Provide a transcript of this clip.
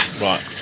Right